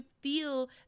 feel